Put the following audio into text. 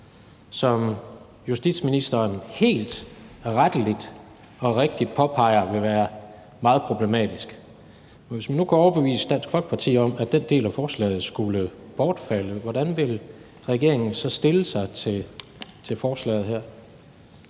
som justitsministeren helt retteligt og rigtigt påpeger vil være meget problematisk. Hvis man nu kunne overbevise Dansk Folkeparti om, at den del af forslaget skulle bortfalde, hvordan ville regeringen så stille sig til forslaget her?